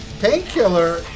painkiller